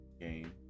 game